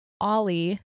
Ollie